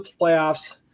playoffs